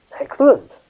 Excellent